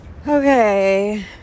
okay